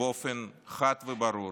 באופן חד וברור